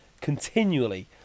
continually